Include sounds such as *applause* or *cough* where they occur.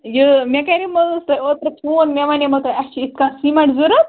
یہِ مےٚ کَریمو حظ تۄہہِ اوترٕ فون مےٚ وَنیمو تۄہہِ اَسہِ چھِ یِتھ *unintelligible* سیٖمَٹھ ضوٚرتھ